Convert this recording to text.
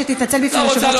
עד שלא יורידו אותך, לא תרד.